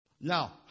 Now